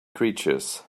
creatures